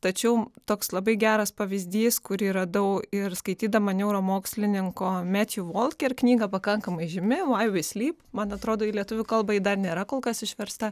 tačiau toks labai geras pavyzdys kurį radau ir skaitydama neuromokslininko metju volker knygą pakankamai žymi why we sleep man atrodo į lietuvių kalbą ji dar nėra kol kas išversta